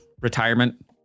retirement